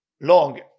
long